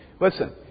Listen